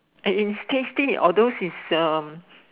it is tasty although this is um